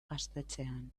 gaztetxean